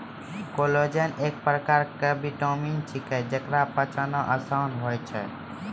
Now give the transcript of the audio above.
collagen एक परकार केरो विटामिन छिकै, जेकरा पचाना आसान होय छै